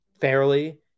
fairly